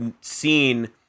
seen